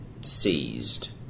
seized